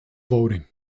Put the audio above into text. voting